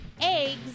eggs